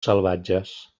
salvatges